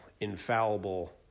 infallible